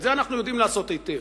את זה אנחנו יודעים לעשות היטב,